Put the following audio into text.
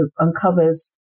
uncovers